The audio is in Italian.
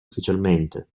ufficialmente